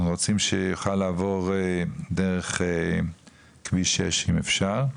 אנחנו רוצים שיוכל לעבור דרך כביש 6, אם אפשר.